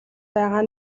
байгаа